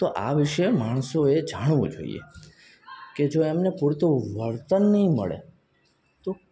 તો આ વિશે માણસોએ જાણવું જોઈએ કે જો એમને પૂરતું વળતર નહીં મળે તો